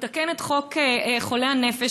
לתקן את חוק חולי הנפש,